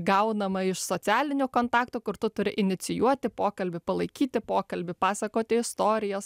gaunama iš socialinio kontakto kur tu turi inicijuoti pokalbį palaikyti pokalbį pasakoti istorijas